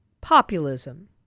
populism